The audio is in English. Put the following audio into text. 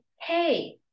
hey